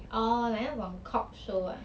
orh like 那种 cop show ah